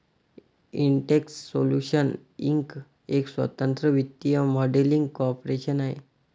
Intex Solutions Inc एक स्वतंत्र वित्तीय मॉडेलिंग कॉर्पोरेशन आहे